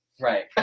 Right